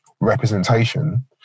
representation